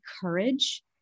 courage